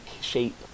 shape